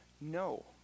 No